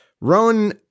Rowan